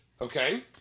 Okay